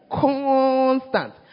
Constant